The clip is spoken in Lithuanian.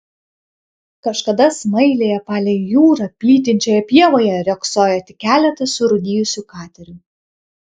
kažkada smailėje palei jūrą plytinčioje pievoje riogsojo tik keletas surūdijusių katerių